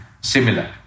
similar